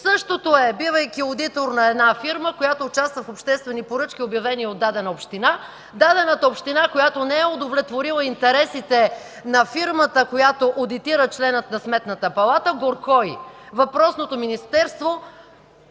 Същото е, бивайки одитор на една фирма, която участва в обществени поръчки, обявени от дадена община, дадената община, която не е удовлетворила интересите на фирмата, която одитира членът на Сметната палата, горко й! Въпросното министерство